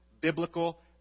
biblical